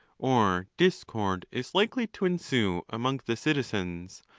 or discord is likely to ensue among the citizens,